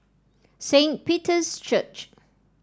Saint Peter's Church